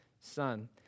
Son